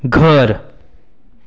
घर